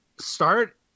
start